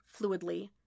fluidly